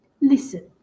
listen